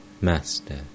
Master